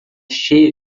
cheia